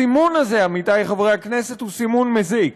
הסימון הזה, עמיתי חברי הכנסת, הוא סימון מזיק.